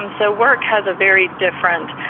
um so, work has a very different